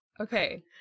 Okay